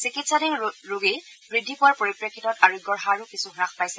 চিকিৎসাধীন ৰোগী বৃদ্ধি পোৱাৰ পৰিপ্ৰেক্ষিতত আৰোগ্যৰ হাৰো কিছু হ্ৰাস পাইছে